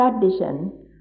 tradition